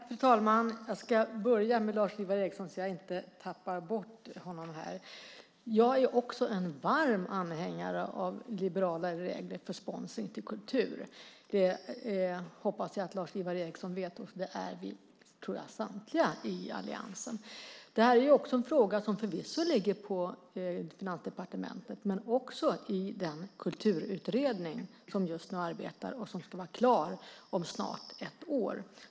Fru talman! Jag ska börja med Lars-Ivar Ericson så att jag inte tappar bort honom. Också jag är en varm anhängare av liberalare regler för sponsring av kultur. Det hoppas jag att Lars-Ivar Ericson vet, och jag tror att det gäller samtliga i alliansen. Detta är också en fråga som förvisso ligger på Finansdepartementet, men också i den kulturutredning som just nu arbetar och som ska vara klar om snart ett år.